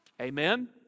amen